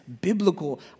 biblical